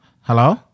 hello